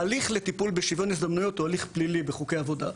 ההליך לטיפול בשוויון הזדמנויות הוא הליך פלילי בחוקי עבודה.